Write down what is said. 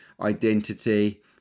identity